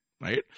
right